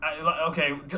Okay